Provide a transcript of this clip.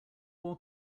more